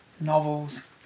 novels